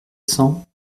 cents